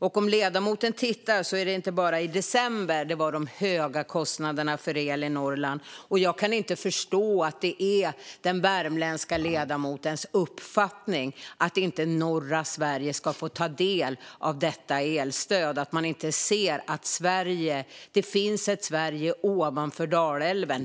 Om ledamoten tittar efter ser han att det inte bara är i december det har varit höga kostnader för el i Norrland. Jag kan inte förstå att det är den värmländska ledamotens uppfattning att norra Sverige inte ska få ta del av elstödet - att man inte ser att det finns ett Sverige ovanför Dalälven.